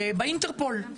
באינטרפול.